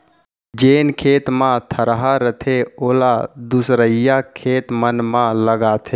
जेन खेत म थरहा रथे ओला दूसरइया खेत मन म लगाथें